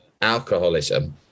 alcoholism